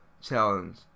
challenge